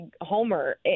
homer